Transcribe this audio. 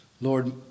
Lord